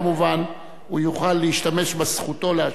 כמובן הוא יוכל להשתמש בזכותו להשיב.